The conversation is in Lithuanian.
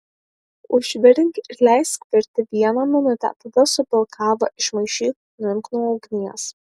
užvirink ir leisk virti vieną minutę tada supilk kavą išmaišyk nuimk nuo ugnies